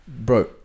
Bro